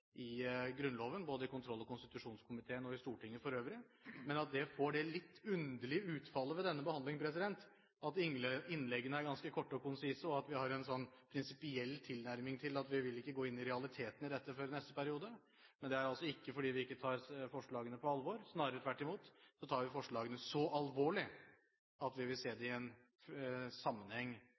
i Grunnloven – både i kontroll- og konstitusjonskomiteen og i Stortinget for øvrig – men at det får det litt underlige utfallet ved denne behandlingen at innleggene er ganske korte og konsise, og at vi har en prinsipiell tilnærming til at vi ikke vil gå inn i realitetene i dette før i neste periode. Det er altså ikke fordi vi ikke tar forslagene på alvor – snarere tvert imot tar vi forslagene så alvorlig at vi vil se dem i en sammenheng